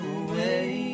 away